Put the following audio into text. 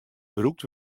brûkt